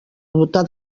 votar